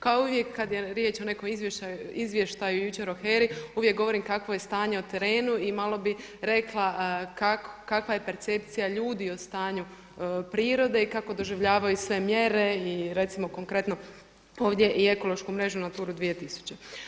Kao i uvijek kada je riječ o nekom izvještaju jučer o HERA-i uvijek govorim kakvo je stanje na terenu i malo bih rekla kakva je percepcija ljudi o stanju prirode i kako doživljavaju sve mjere i recimo konkretno ovdje i ekološku mrežu NATURA 2000.